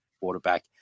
quarterback